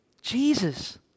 Jesus